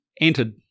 entered